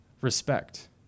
respect